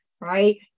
right